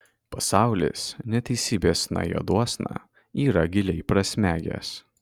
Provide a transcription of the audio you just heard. pasaulis neteisybėsna juodosna yra giliai prasmegęs